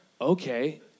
Okay